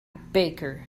baker